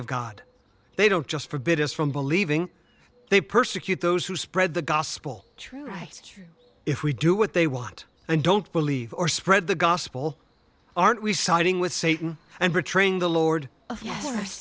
of god they don't just forbid us from believing they persecute those who spread the gospel truth if we do what they want and don't believe or spread the gospel aren't we siding with satan and betraying the lord